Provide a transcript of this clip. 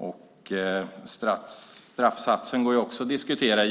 En höjning av straffsatsen går givetvis också att diskutera, och